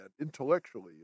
intellectually